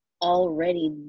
already